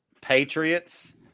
Patriots